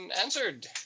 answered